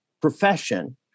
profession